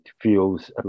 feels